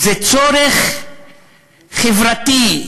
זה צורך חברתי,